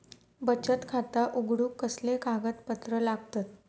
बचत खाता उघडूक कसले कागदपत्र लागतत?